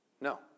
No